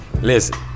listen